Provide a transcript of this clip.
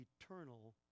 eternal